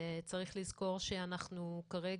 וצריך לזכור שכרגע,